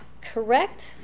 correct